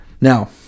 Now